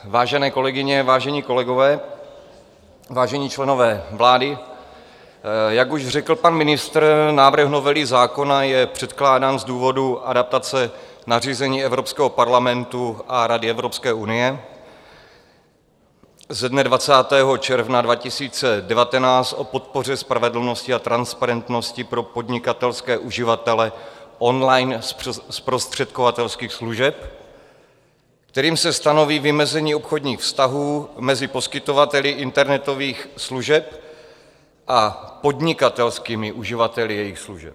Vážené kolegyně, vážení kolegové, vážení členové vlády, jak už řekl pan ministr, návrh novely zákona je předkládán z důvodu adaptace nařízení Evropského parlamentu a Rady Evropské unie ze dne 20. června 2019 o podpoře spravedlnosti a transparentnosti pro podnikatelské uživatele online zprostředkovatelských služeb, kterým se stanoví vymezení obchodních vztahů mezi poskytovateli internetových služeb a podnikatelskými uživateli jejich služeb.